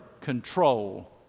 control